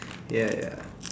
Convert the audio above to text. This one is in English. ya ya